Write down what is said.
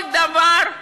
כל דבר,